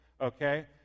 okay